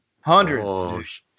hundreds